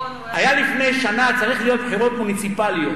לפני שנה היו צריכות להיות בחירות מוניציפליות,